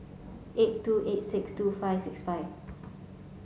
eight two eight six two five six five